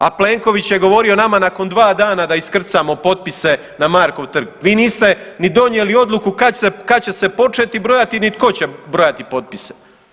A Plenković je govorio nama nakon 2 dana da iskrcamo potpise na Markov trg, vi niste ni donijeli odluku kad će se početi brojati ni tko će brojati potpise.